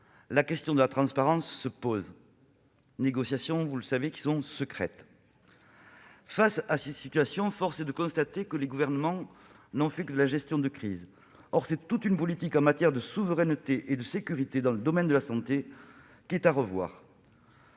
la question de la transparence se pose. Les négociations, vous le savez, sont secrètes. Face à ces situations, force est de constater que les gouvernements n'ont fait que de la gestion de crise. Or c'est toute une politique en matière de souveraineté et de sécurité dans le domaine de la santé qui est à revoir.